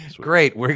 Great